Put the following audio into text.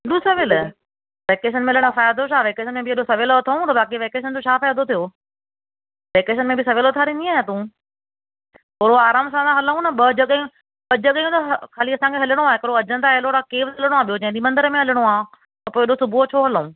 हेॾो सवेल वैकेशन मिलण जो फ़ाइदो छा वैकेशन में बि हेॾो सवेल उथूं त बाक़ी वैकेशन जो छा फ़ाइदो थियो वैकेशन में बि सवेल उथारींदीअ छा तूं थोरो आराम सां था हलूं न ॿ जॻहियूं ॿ जॻहियूं त ख़ाली असांखे हलिणो आहे हिकिड़ो अजंता एलोरा केव हलिणो आहे ॿियो चवे थी मंदर में हलिणो आहे त पोइ हेॾो सुहुह जो छो हलूं